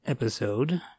Episode